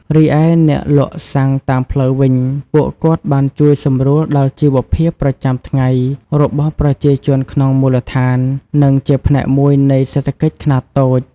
រីឯអ្នកលក់សាំងតាមផ្លូវវិញ ពួកគាត់បានជួយសម្រួលដល់ជីវភាពប្រចាំថ្ងៃរបស់ប្រជាជនក្នុងមូលដ្ឋាន និងជាផ្នែកមួយនៃសេដ្ឋកិច្ចខ្នាតតូច។